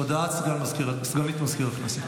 הודעה לסגנית מזכיר הכנסת.